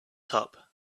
top